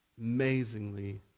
Amazingly